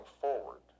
forward